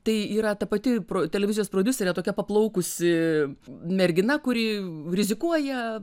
tai yra ta pati pro televizijos prodiuserė tokia paplaukusi mergina kuri rizikuoja